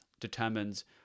determines